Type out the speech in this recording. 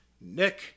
Nick